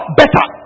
better